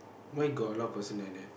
mine got a lot of person